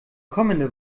kommende